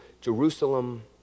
Jerusalem